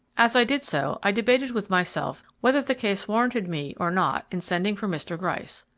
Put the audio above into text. as i did so i debated with myself whether the case warranted me or not in sending for mr. gryce.